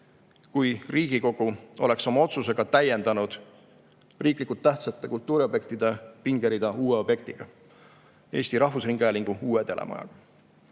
kui Riigikogu oleks oma otsusega täiendanud riiklikult tähtsate kultuuriobjektide pingerida uue objektiga: Eesti Rahvusringhäälingu uue telemajaga.